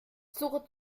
suche